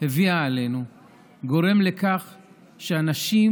הביאה עלינו גורם לכך שאנשים,